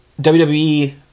WWE